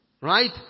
Right